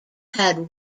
had